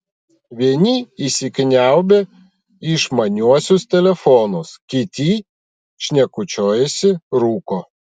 vieni įsikniaubę į išmaniuosius telefonus kiti šnekučiuojasi rūko